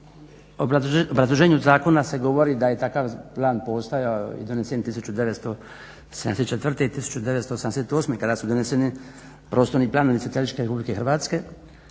u obrazloženju zakona se govori da je takav plan postojao i donesen 1974.i 1978.kada su doneseni prostorni planovi Socijalističke Republike Hrvatske.